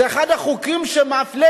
זה אחד החוקים שמפלה